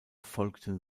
folgten